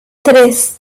tres